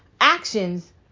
actions